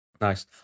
Nice